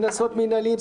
קנסות מנהליים,